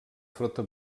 flota